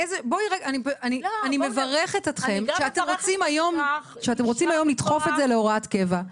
אני מברכת אתכם שאתם רוצים היום לדחוף את זה להוראת קבע.